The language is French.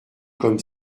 comme